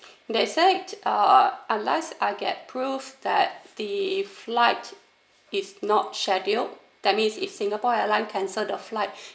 they said uh unless I get proof that the flight it's not schedule that means if singapore airline cancel the flight